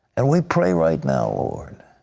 and we pray right now, lord.